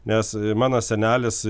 nes mano senelis